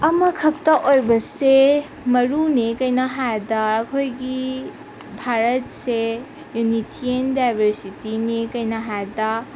ꯑꯃꯈꯛꯇ ꯑꯣꯏꯕꯁꯦ ꯃꯔꯨꯅꯦ ꯀꯩꯅꯣ ꯍꯥꯏꯕꯗ ꯑꯩꯈꯣꯏꯒꯤ ꯚꯥꯔꯠꯁꯦ ꯌꯨꯅꯤꯇꯤ ꯏꯟ ꯗꯥꯏꯚꯔꯁꯤꯇꯤꯅꯤ ꯀꯩꯅꯣ ꯍꯥꯏꯕꯗ